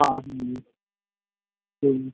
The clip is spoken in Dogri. कोई आं कोई निं